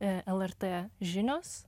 lrt žinios